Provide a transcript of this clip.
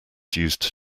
used